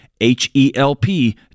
H-E-L-P